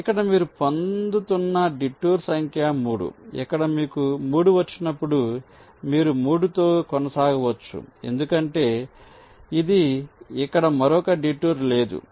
కాబట్టి ఇక్కడ మీరు పొందుతున్నడిటూర్ సంఖ్య 3 ఇక్కడ మీకు 3 వచ్చినప్పుడు మీరు 3 తో కొనసాగవచ్చు ఎందుకంటే ఇది ఇక్కడ మరొక డిటూర్ లేదు